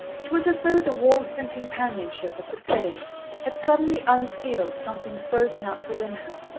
it was as though the warmth and companionship of the flames had suddenly unsealed something frozen up within her,